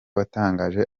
watangaje